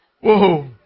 Whoa